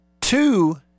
Two